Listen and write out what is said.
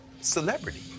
celebrity